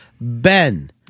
Ben